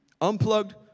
unplugged